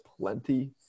plenty